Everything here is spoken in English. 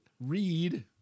Read